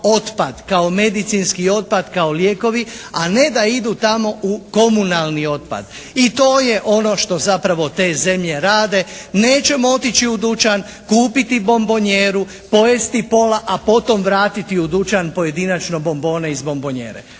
kao medicinski otpad, kao lijekovi, a ne da idu tamo u komunalni otpad i to je ono što zapravo te zemlje rade. Nećemo otići u dućan kupiti bombonjeru, pojesti pola, a potom vratiti u dućan pojedinačno bombone iz bombonjere.